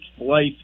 life